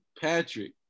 Patrick